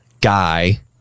guy